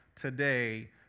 today